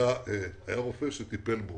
רופא שטיפל בו.